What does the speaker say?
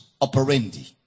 operandi